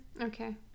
okay